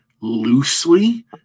loosely